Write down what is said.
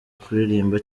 kuririmba